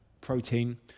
protein